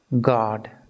God